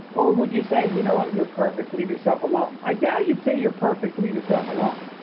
or would you say, you know what, you're perfect leave yourself alone? i doubt you'd say you're perfect, leave yourself alone.